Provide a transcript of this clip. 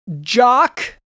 jock